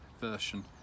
version